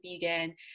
vegan